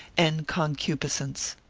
and concupiscence.